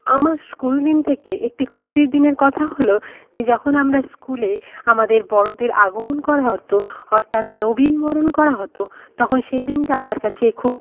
আমার স্কুলদিন থেকে একটি খুশির দিনের কথা হলো যে যখন আমরা স্কুলে আমাদের বড়দের আগমন করা হত অর্থাৎ নবীনবরণ করা হত তখন সেদিনটা আমার কাছে খুব